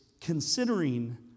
considering